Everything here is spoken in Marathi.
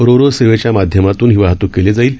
रोरो सेवेच्या माध्यमातून ही वाहतूक केली जाईल